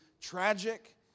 tragic